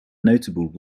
notable